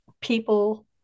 people